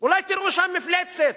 אולי תראו שם מפלצת.